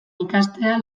ikastea